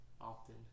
often